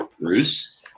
Bruce